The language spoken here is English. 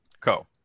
Co